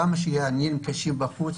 כמה שהעניינים בחוץ קשים,